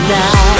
now